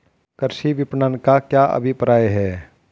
कृषि विपणन का क्या अभिप्राय है?